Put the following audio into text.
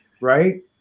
right